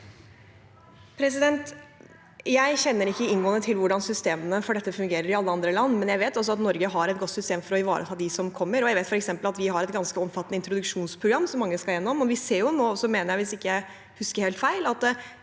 Jeg kjenner ikke inngående til hvordan systemene for dette fungerer i alle andre land, men jeg vet også at Norge har et godt system for å ivareta dem som kommer. Jeg vet f.eks. at vi har et ganske omfattende introduksjonsprogram som mange skal gjennom. Hvis jeg ikke husker helt feil,